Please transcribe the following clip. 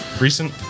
Recent